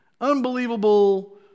unbelievable